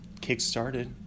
kick-started